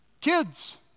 kids